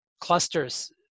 clusters